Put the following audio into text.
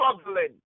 struggling